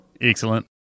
Excellent